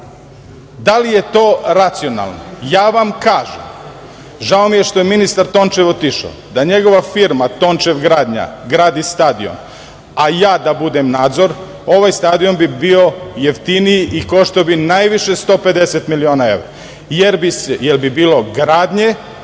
da li je to racionalno'Ja vam kažem, žao mi je što je ministar Tončev otišao, da je njegova firma“Tončev gradnja“, gradi stadion, a ja da budem nadzor, ovaj stadion bi bio jeftiniji i koštao bi najviše 150 miliona evra, jer bi bilo gradnje,